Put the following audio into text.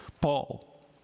Paul